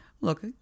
look